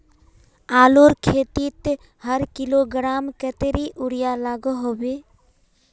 आलूर खेतीत हर किलोग्राम कतेरी यूरिया लागोहो होबे?